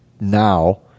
now